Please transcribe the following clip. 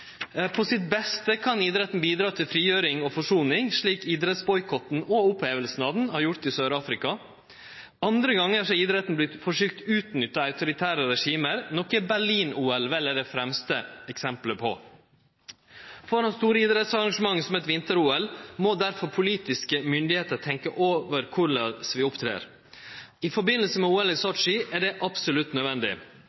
På sitt beste kan idretten bidra til frigjering og forsoning, slik idrettsboikotten og opphevinga av den har gjort i Sør-Afrika. Andre gonger har idretten vorte forsøkt utnytta av autoritære regime, noko Berlin-OL vel er det fremste eksemplet på. For eit stort idrettsarrangement som eit vinter-OL må derfor politiske myndigheiter tenkje over korleis dei opptrer. I samband med OL i